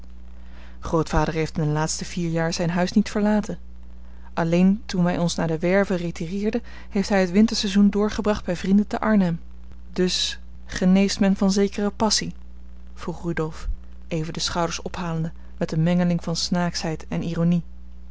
grootvader heeft in de laatste vier jaar zijn huis niet verlaten alleen toen wij ons naar de werve retireerden heeft hij het winterseizoen doorgebracht bij vrienden te arnhem dus geneest men van zekere passie vroeg rudolf even de schouders ophalende met eene mengeling van snaaksheid en ironie